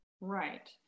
Right